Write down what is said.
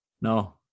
no